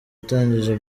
itangije